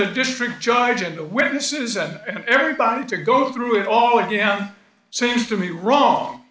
the district judge and the witnesses and everybody to go through it all again seems to me wrong